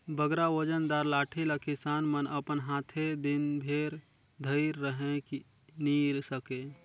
बगरा ओजन दार लाठी ल किसान मन अपन हाथे दिन भेर धइर रहें नी सके